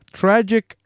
tragic